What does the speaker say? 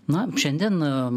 na šiandien